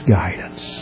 guidance